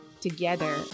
Together